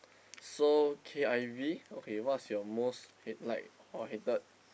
so K_I_V okay what's your most hate like or hated